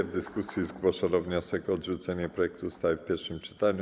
W dyskusji zgłoszono wniosek o odrzucenie projektu ustawy w pierwszym czytaniu.